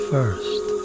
First